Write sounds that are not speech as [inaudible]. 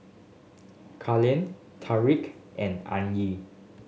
Carlyn [unintelligible] and [unintelligible]